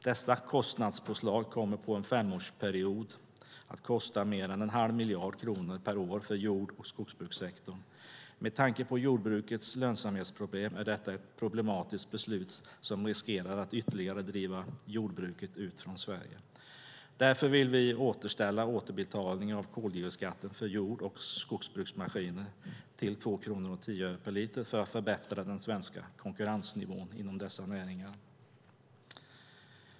Dessa kostnadspåslag kommer på en femårsperiod att kosta mer än en halv miljard kronor per år för jord och skogsbrukssektorn. Med tanke på jordbrukets lönsamhetsproblem är detta ett problematiskt beslut som riskerar att ytterligare driva jordbruket ut från Sverige. Därför vill vi återställa återbetalningen av koldioxidskatten för jord och skogsbruksmaskiner till 2:10 kronor per liter för att förbättra den svenska konkurrensnivån inom dessa näringar.